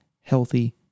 healthy